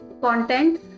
content